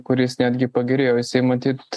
kuris netgi pagerėjo jisai matyt